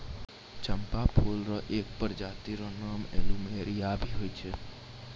चंपा फूल र एक प्रजाति र नाम प्लूमेरिया भी होय छै